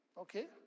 Okay